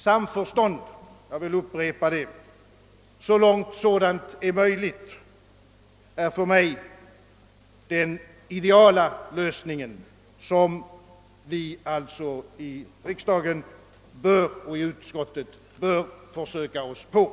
Jag upprepar, att samförstånd, så långt sådant är möj ligt, utgör den idealiska lösningen, som vi alltså i kammare och i utskott bör försöka åstadkomma.